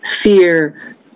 fear